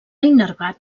innervat